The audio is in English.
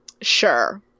sure